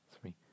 three